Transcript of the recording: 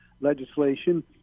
legislation